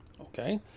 okay